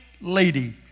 lady